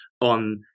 on